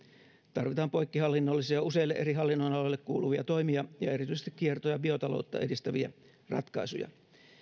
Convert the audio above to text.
tarvitaan poikkihallinnollisia useille eri hallinnonaloille kuuluvia toimia ja erityisesti kierto ja biotaloutta edistäviä ratkaisuja